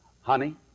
Honey